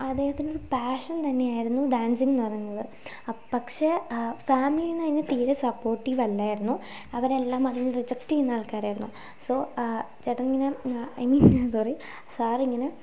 അദ്ദേഹത്തിനൊരു passion തന്നെയായിരുന്നു dancing എന്നുപറയുന്നത് പക്ഷേ ആ ഫാമിലിയിൽ നിന്ന് അതിനു തീരെ സപ്പോർട്ടീവ് അല്ലായിരുന്നു അവരെല്ലാം അതിനെ റിജെക്റ്റീയുന്ന ആൾകാരായിരുന്നു സൊ ചേട്ടൻ പിന്നെ ഐ മീൻ സോറി സാറിങ്ങനെ